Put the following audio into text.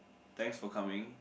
thanks for coming